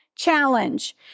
challenge